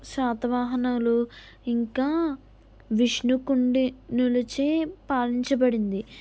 శాతవాహనలు ఇంకా విష్ణుకుండినులచే పాలించబడింది